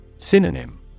Synonym